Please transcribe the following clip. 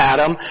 Adam